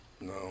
No